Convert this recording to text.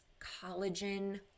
collagen